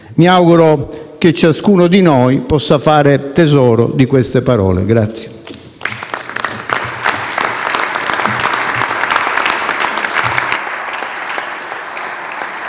Mi auguro che ciascuno di noi possa fare tesoro di queste parole.